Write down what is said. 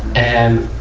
and,